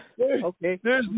Okay